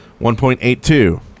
1.82